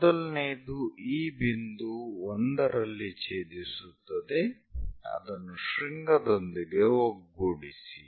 ಮೊದಲನೆಯದು ಈ ಬಿಂದು 1 ರಲ್ಲಿ ಛೇದಿಸುತ್ತದೆ ಅದನ್ನು ಶೃಂಗದೊಂದಿಗೆ ಒಗ್ಗೂಡಿಸಿ